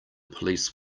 police